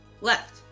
left